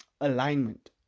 alignment